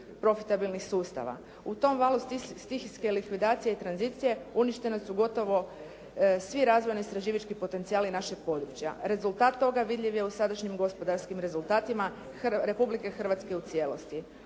profitabilnih sustava. U tom valu stihijske likvidacije i tranzicije uništene su gotovo svi razvojni i istraživački potencijali našeg područja. Rezultat toga vidljiv je u sadašnjim gospodarskim rezultatima Republike Hrvatske u cijelosti.